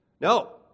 No